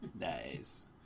Nice